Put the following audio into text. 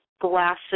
glasses